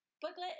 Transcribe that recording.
Booklet